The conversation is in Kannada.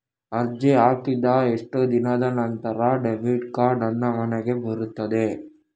ಅರ್ಜಿ ಹಾಕಿದ ಎಷ್ಟು ದಿನದ ನಂತರ ಡೆಬಿಟ್ ಕಾರ್ಡ್ ನನ್ನ ಮನೆಗೆ ಬರುತ್ತದೆ?